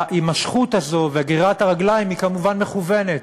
וההימשכות הזו וגרירת הרגליים הן כמובן מכוונות.